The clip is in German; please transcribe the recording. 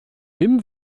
wim